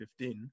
2015